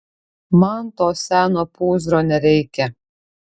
man to seno pūzro nereikia